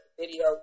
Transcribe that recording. video